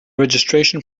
registration